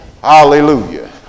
Hallelujah